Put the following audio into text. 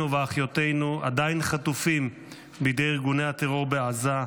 אחינו ואחיותינו עדיין חטופים בידי ארגוני הטרור בעזה,